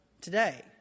today